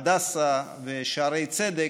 הדסה ושערי צדק,